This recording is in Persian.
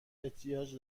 احتیاج